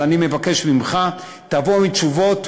אז אני מבקש ממך, תבואו עם תשובות.